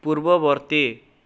ପୂର୍ବବର୍ତ୍ତୀ